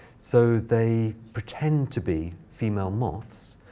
so they pretend to be female moths,